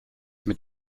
mit